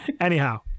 Anyhow